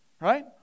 right